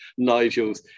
Nigels